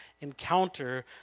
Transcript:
encounter